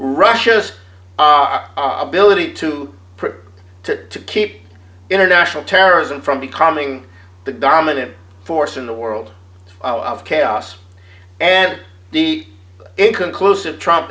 russia's our ability to prepare to keep international terrorism from becoming the dominant force in the world of chaos and the inconclusive trump